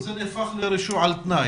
זה הופך לרישוי על תנאי.